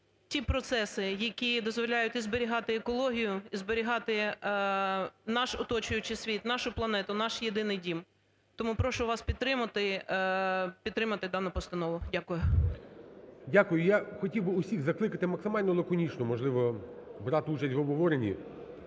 ті процеси, які дозволяють і зберігати екологію, і зберігати наш оточуючий світ, нашу планету, наш єдиний дім. Тому прошу вас підтримати, підтримати дану постанову. Дякую. ГОЛОВУЮЧИЙ. Дякую. Я хотів би усіх закликати максимально лаконічно, можливо, брати участь в обговоренні,